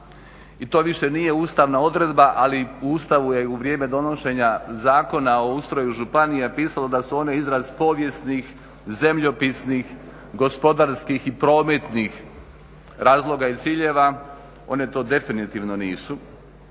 I to nije više ustavna odredba ali u Ustavu je u vrijeme donošenja Zakona o ustroju županija pisalo da su one izraz povijesnih, zemljopisnih, gospodarskih i prometnih razloga i ciljeva, one to definitivno nisu.